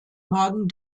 magen